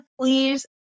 Please